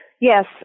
Yes